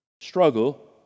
struggle